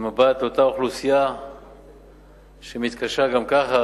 עם מבט לאותה אוכלוסייה שמתקשה גם ככה